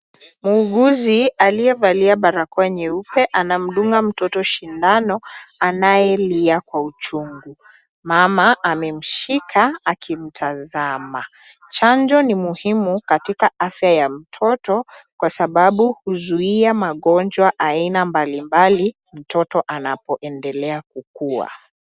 Muuguzi aliyevalia barakoa nyeupe anamdunga mtoto sindano anayelia kwa uchungu. Mama amemshika akimtazama. Chanjo ni muhimu katika afya ya mtoto kwasababu huzuia magonjwa aina mbalimbali mtoto anapoendelea kukuwa.